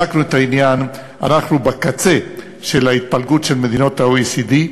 בדקנו את העניין אנחנו בקצה של ההתפלגות של מדינות ה-OECD,